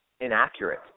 inaccurate